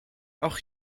auch